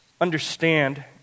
understand